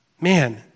man